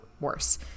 worse